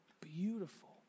beautiful